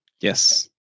Yes